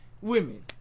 women